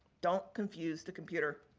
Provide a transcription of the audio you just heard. don't confuse the computer.